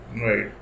Right